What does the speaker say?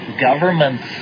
Governments